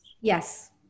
Yes